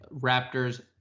Raptors